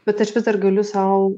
bet aš vis dar galiu sau